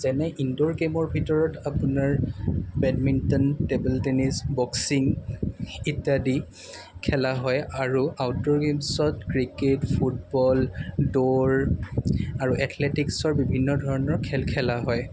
যেনে ইনড'ৰ গে'মৰ ভিতৰত আপোনাৰ বেডমিণ্টন টেবল টেনিজ বক্সিং ইত্যাদি খেলা হয় আৰু আউটড'ৰ গে'মছত ক্ৰিকেট ফুটবল দৌৰ আৰু এথলেটিকচৰ বিভিন্ন ধৰণৰ খেল খেলা হয়